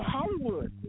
Hollywood